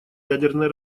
ядерное